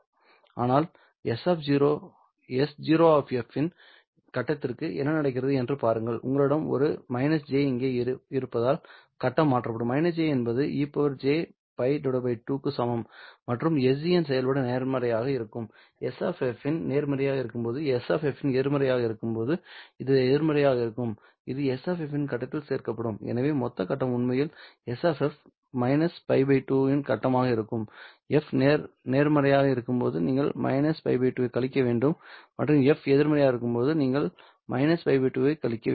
ஆனால் S0 இன் கட்டத்திற்கு என்ன நடக்கிறது என்று பாருங்கள் உங்களிடம் ஒரு j இங்கே இருப்பதால் கட்டம் மாற்றப்படும் -j என்பது e jπ 2 க்கு சமம் மற்றும் sgn செயல்பாடு நேர்மறையாக இருக்கும் S நேர்மறையாக இருக்கும்போது S எதிர்மறையாக இருக்கும்போது அது எதிர்மறையாக இருக்கும்போது இது S இன் கட்டத்தில் சேர்க்கப்படும் எனவே மொத்த கட்டம் உண்மையில் S π 2 இன் கட்டமாக இருக்கும் f நேர்மறையாக இருக்கும்போது நீங்கள் π 2 ஐ கழிக்க வேண்டும் மற்றும் f எதிர்மறையாக இருக்கும்போது நீங்கள் இந்த -π 2 ஐக் கழிக்க வேண்டும்